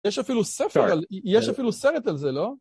יש אפילו ספר על... יש אפילו סרט על זה, לא?